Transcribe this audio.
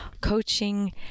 coaching